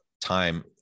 time